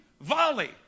volley